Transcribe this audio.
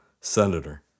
senator